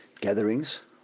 gatherings